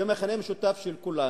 שהיא המכנה המשותף של כולנו,